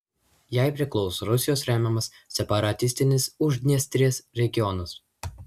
jai priklauso rusijos remiamas separatistinis uždniestrės regionas